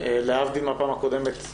להבדיל מהפעם הקודמת,